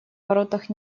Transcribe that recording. воротах